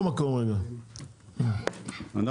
אנחנו